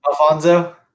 Alfonso